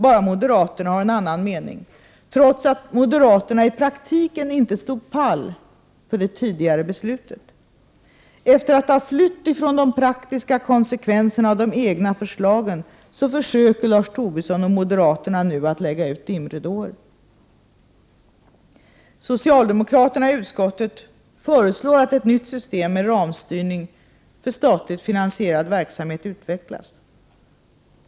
Bara moderaterna har en annan mening, trots att moderaterna i praktiken inte stod pall för det tidigare beslutet. Efter att ha flytt från de praktiska konsekvenserna av de egna förslagen försöker Lars Tobisson och moderaterna nu att lägga ut dimridåer. Socialdemokraterna i utskottet föreslår att ett nytt system med ramstyrning för statligt finansierad verksamhet utvecklas.